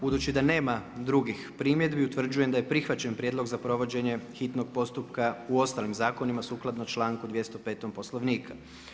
Budući da nema drugih primjedbi utvrđujem da je prihvaćen prijedlog za provođenje hitnog postupka u ostalim zakonima sukladno čl.205. poslovniku.